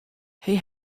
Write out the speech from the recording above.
hey